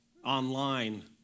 online